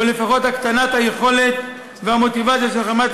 או לפחות הקטנת היכולת והמוטיבציה של "חמאס"